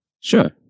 Sure